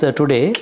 today